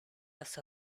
los